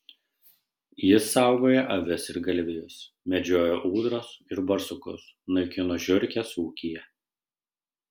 jis saugojo avis ir galvijus medžiojo ūdras ir barsukus naikino žiurkes ūkyje